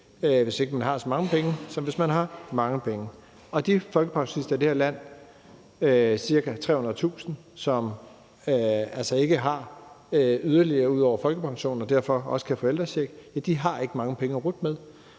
hvis ikke man har så mange penge, som hvis man har mange penge, og de folkepensionister i det her land, ca. 300.000, som altså ikke har yderligere ud over folkepensionen og derfor også kan få ældrecheck, har ikke mange penge at rutte med,